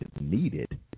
needed